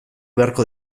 beharko